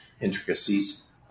intricacies